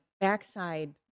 backside